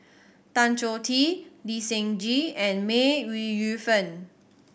Tan Choh Tee Lee Seng Gee and May Ooi Yu Fen